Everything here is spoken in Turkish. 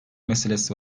meselesi